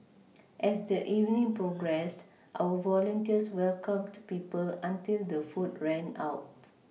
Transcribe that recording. as the evening progressed our volunteers welcomed people until the food ran out